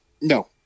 No